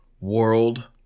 world